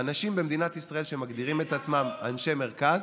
האנשים במדינת ישראל שמגדירים את עצמם אנשי מרכז,